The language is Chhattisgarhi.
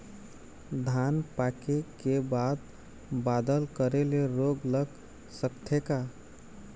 धान पाके के बाद बादल करे ले रोग लग सकथे का?